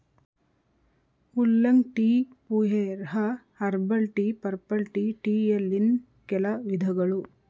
oolong tea, pu erh, herbal tea, purple tea ಟೀಯಲ್ಲಿನ್ ಕೆಲ ವಿಧಗಳು